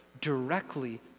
directly